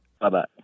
Bye-bye